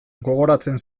gogoratzen